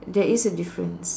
there is a difference